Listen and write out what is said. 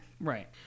Right